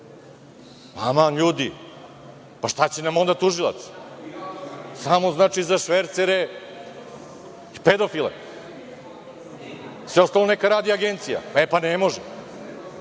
Aman, ljudi, pa, šta će nam onda tužilac? Samo, znači, za švercere i pedofile. Sve ostalo neka radi Agencija. E, pa ne može.